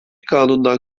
kanundan